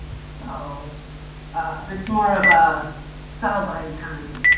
so it's more of a sell by time